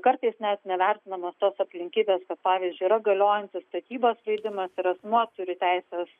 kartais net nevertinamos tos aplinkybės kad pavyzdžiui yra galiojantis statybos leidimas ir asmuo turi teisę